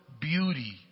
beauty